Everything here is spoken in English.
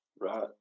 Right